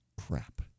Crap